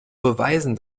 beweisen